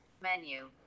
menu